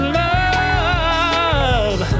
love